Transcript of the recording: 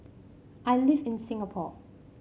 I live in Singapore